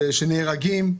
שנהרגים.